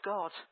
God